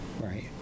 right